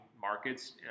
markets